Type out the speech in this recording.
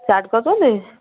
ଚାଟ୍ କରୁଛନ୍ତି